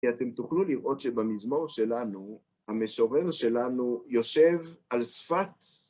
כי אתם תוכלו לראות שבמזמור שלנו, המשורר שלנו, יושב על שפת..